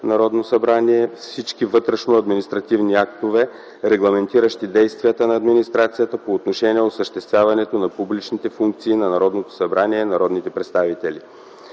Народното събрание всички вътрешно административни актове, регламентиращи действията на администрацията по отношение осъществяването на публичните функции на Народното събрание и народните представители.